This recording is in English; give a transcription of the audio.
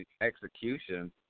execution